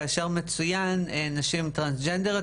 כאשר מצוין בו "נשים טרנסג'נדריות",